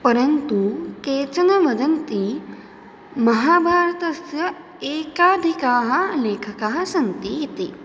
परन्तु केचन वदन्ति महाभारतस्य एकाधिकाः लेखकाः सन्ति इति